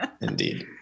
Indeed